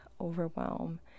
overwhelm